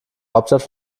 hauptstadt